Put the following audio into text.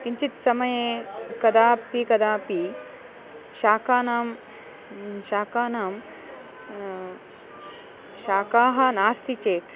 किञ्चित् समये कदापि कदापि शाकानां शाकानां शाकाः नास्ति चेत्